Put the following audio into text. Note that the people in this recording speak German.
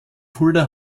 fulda